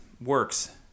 works